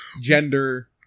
gender